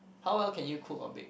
how well can you cook or bake